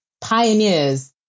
pioneers